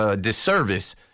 disservice